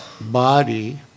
body